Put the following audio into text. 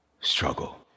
struggle